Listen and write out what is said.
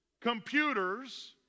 computers